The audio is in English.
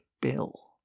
Bill